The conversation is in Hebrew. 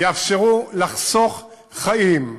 יאפשרו לחסוך חיים,